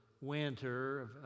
winter